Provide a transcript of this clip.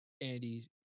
Andy